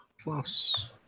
plus